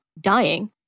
dying